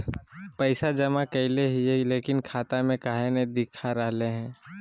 पैसा जमा कैले हिअई, लेकिन खाता में काहे नई देखा रहले हई?